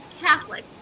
Catholic